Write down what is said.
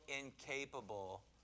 incapable